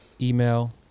email